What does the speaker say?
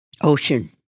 Ocean